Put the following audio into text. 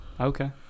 Okay